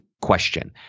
question